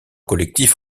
collectif